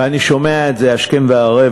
ואני שומע את זה השכם והערב,